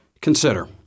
Consider